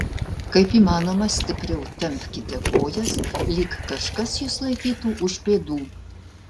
kaip įmanoma stipriau tempkite kojas lyg kažkas jus laikytų už pėdų